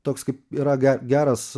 toks kaip yra ge geras